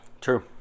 True